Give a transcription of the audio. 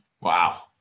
Wow